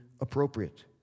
appropriate